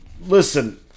listen